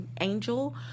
Angel